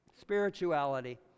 spirituality